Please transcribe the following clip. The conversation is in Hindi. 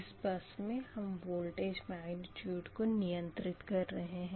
इस बस से हम वोल्टेज मैग्निट्यूड को नियंत्रित कर रहे है